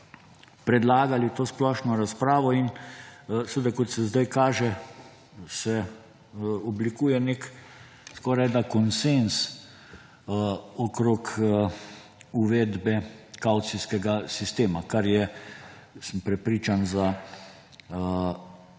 predlagali to splošno razpravo in seveda, kot se zdaj kaže, se oblikuje skorajda konsenz okrog uvedbe kavcijskega sistema, kar je, sem prepričan, za